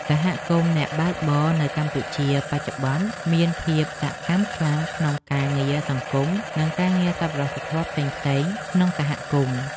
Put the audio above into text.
សហគមន៍អ្នកបើកបរនៅកម្ពុជាបច្ចុប្បន្នមានភាពសកម្មខ្លាំងក្នុងការងារសង្គម និងការងារសប្បុរសធម៌ផ្សេងៗក្នុងសហគមន៍។